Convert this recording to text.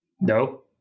No